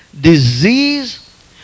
disease